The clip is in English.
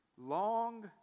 long